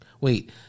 wait